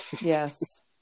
Yes